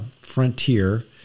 frontier